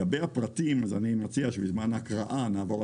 עו"ד ניצן כהנא,